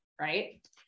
Right